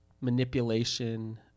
manipulation